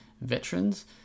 veterans